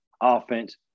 offense